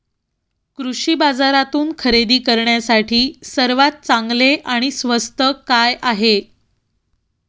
कृषी बाजारातून खरेदी करण्यासाठी सर्वात चांगले आणि स्वस्त काय आहे?